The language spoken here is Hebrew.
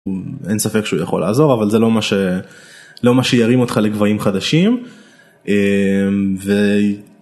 אין ספק שהוא יכול לעזור אבל זה לא מה שלא מה ש... לא מה שירים אותך לגבהים חדשים.